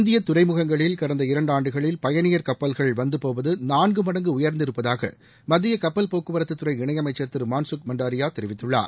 இந்திய துறைமுகங்களில் கடந்த இரன்டு ஆண்டுகளில் பயணியர் கப்பல்கள் வந்து போவது நான்கு மடங்கு உயர்ந்திருப்பதாக மத்திய கப்பல் போக்குவரத்து துறை இணையமைச்சர் திரு மான்சுக் மண்டாரியா தெரிவித்துள்ளார்